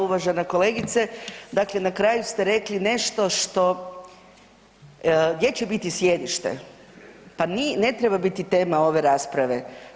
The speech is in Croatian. Uvažena kolegice, dakle na kraju ste rekli nešto što, gdje će biti sjedište, pa ne treba biti tema ove rasprave.